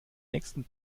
nächsten